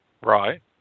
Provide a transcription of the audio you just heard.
Right